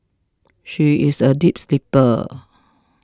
she is a deep sleeper